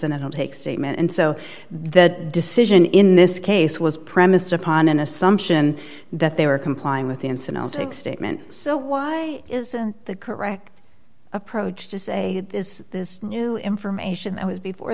don't take statement and so that decision in this case was premised upon an assumption that they were complying with the incident take statement so why isn't the correct approach to say this this new information that was before